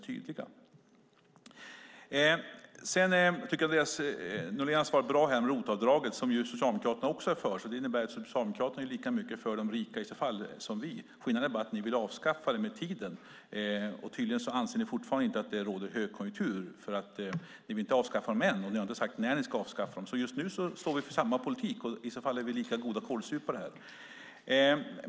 Andreas Norlén svarade bra när det gällde ROT-avdraget. Ni socialdemokrater är också för det och är i så fall lika mycket för de rika som vi. Skillnaden är att ni vill avskaffa det med tiden. Tydligen anser ni dock inte att det råder högkonjunktur, för ni vill inte avskaffa det än - och ni har inte sagt när ni vill avskaffa det. Just nu står vi alltså för samma politik och är lika goda kålsupare.